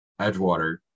Edgewater